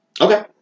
Okay